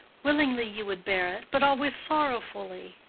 willingly you would bear it, but always sorrowfully.